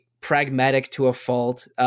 pragmatic-to-a-fault